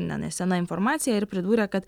na nesena informacija ir pridūrė kad